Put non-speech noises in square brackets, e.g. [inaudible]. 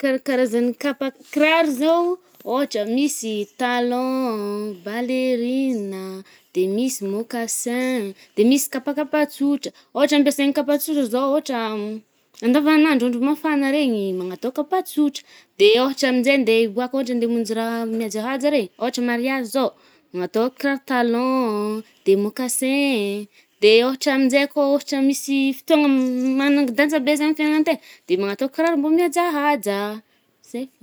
karaha karazan’ny kapa-kiraro zaoo, ôhatra misy i talons, ballerines a. De misy mocassins, de misy kapakapà tsotra. Ohatra ampiasaigny kapa tsotra zao ôhatra [hesitation] andavanandro, andro mafagna regny i, magnatô kapa tsotra. De ôhatra aminje nde hiboàka, ôhatra nde hamônjy raha [hesitation] mihajahaja rey, ôhatra mariazy zao, manatô kiraro talons, de mocassins, de ôhatra aminje kô ôhatra misy fotoana [hesitation] fotoàna magnang-danja be zagny amy fiainan-tegna, de manatô kiraro mbô miajahajà, zay fô.